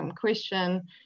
question